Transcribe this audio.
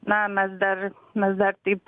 na mes dabar mes dar taip